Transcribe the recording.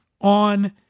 on